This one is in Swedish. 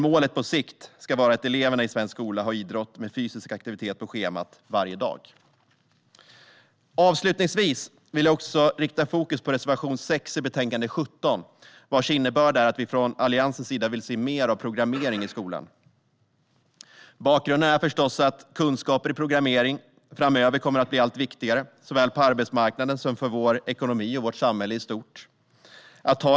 Målet på sikt ska vara att eleverna i svensk skola har idrott med fysisk aktivitet på schemat varje dag. Avslutningsvis vill jag rikta fokus på reservation 6 i betänkande 17, vars innebörd är att vi från Alliansens sida vill se mer av programmering i skolan. Bakgrunden är förstås att kunskaper i programmering framöver kommer att bli allt viktigare såväl på arbetsmarknaden som för vår ekonomi och vårt samhälle i stort.